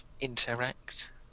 interact